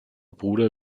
bruder